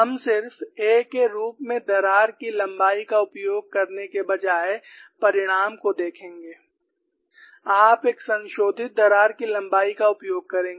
हम सिर्फ a के रूप में दरार की लंबाई का उपयोग करने के बजाय परिणाम को देखेंगे आप एक संशोधित दरार की लंबाई का उपयोग करेंगे